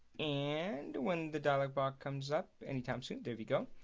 and when the dialog box comes up any time soon. there we go.